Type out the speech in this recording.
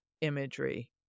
imagery